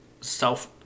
self